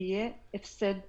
תהיה הפסד כסף.